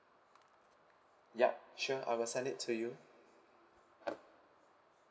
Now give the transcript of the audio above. ya sure I will send it to you